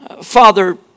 Father